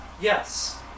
Yes